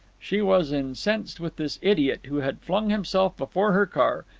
she was incensed with this idiot who had flung himself before her car,